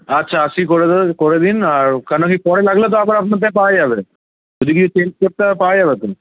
আচ্ছা আশি করে ধরে করে দিন আর কেন কি পরে লাগলে তো আবার আপনার থেকে পাওয়া যাবে যদি কিছু চেঞ্জ করতে হয় পাওয়া যাবে তো